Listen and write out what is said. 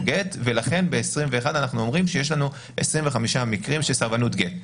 גט ולכן ב-2021 אנחנו אומרים שיש לנו 25 מקרים של סרבנות גט.